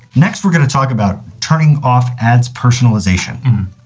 next we're going to talk about turning off ads personalization.